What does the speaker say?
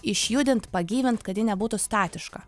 išjudint pagyvint kad ji nebūtų statiška